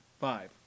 five